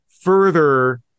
further